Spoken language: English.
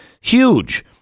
Huge